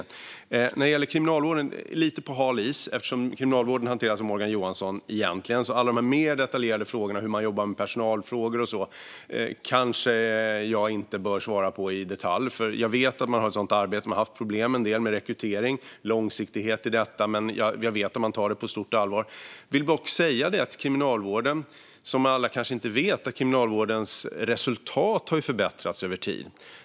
Jag är ute på lite hal is när det gäller Kriminalvården, eftersom den egentligen hanteras av Morgan Johansson. De mer detaljerade frågorna vad gäller personal och sådant kanske jag inte bör svara på mer ingående. Jag vet att sådant arbete pågår. Man har haft en del problem vad gäller rekrytering och att få en långsiktighet i detta, men jag vet att man tar det på stort allvar. Jag vill dock säga att Kriminalvårdens resultat har förbättrats över tid, vilket kanske inte alla vet.